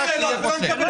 מה הקשר ליואב קיש?